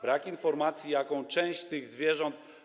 Brak jest informacji, jaką część tych zwierząt.